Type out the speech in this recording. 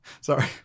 sorry